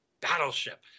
Battleship